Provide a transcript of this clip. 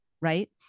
Right